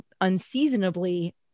unseasonably